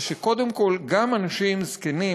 אז "והדרת פני זקן" זה שקודם כול גם אנשים זקנים,